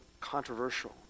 controversial